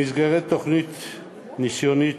במסגרת תוכנית ניסיונית,